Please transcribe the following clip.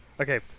okay